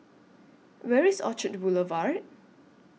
Where IS Orchard Boulevard